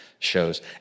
shows